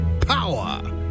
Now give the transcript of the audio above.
power